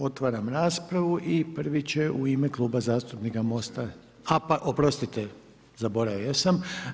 Otvaram raspravu i prvi će u ime Kluba zastupnika MOST-a, a oprostite, zaboravio sam.